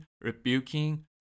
rebuking